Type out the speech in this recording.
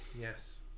yes